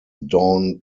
dawn